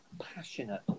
passionate